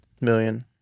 million